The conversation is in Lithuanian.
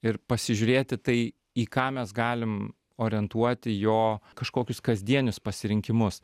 ir pasižiūrėti tai į ką mes galim orientuoti jo kažkokius kasdienius pasirinkimus